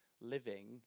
living